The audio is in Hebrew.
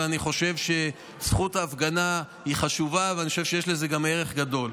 ואני חושב שזכות ההפגנה היא חשובה ואני חושב שיש לזה גם ערך גדול.